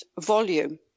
volume